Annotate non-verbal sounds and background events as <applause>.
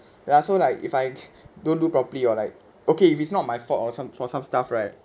ya so like if I <noise> don't do properly or like okay if it's not my fault or some for some stuff right